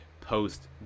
post